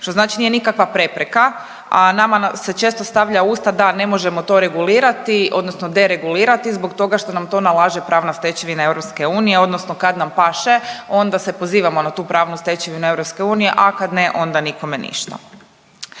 što znači nije nikakva prepreka a nama se često stavlja u usta da ne možemo to regulirati, odnosno deregulirati zbog toga što nam to nalaže pravna stečevina EU, odnosno kad nam paše onda se pozivamo na tu pravnu stečevinu EU, a kad ne, onda nikome ništa.